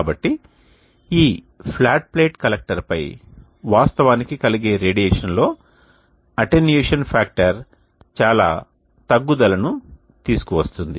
కాబట్టి ఈ flat plate కలెక్టర్పై వాస్తవానికి కలిగే రేడియేషన్లో అటెన్యుయేషన్ ఫ్యాక్టర్ చాలా తగ్గుదల ను తీసుకు వస్తుంది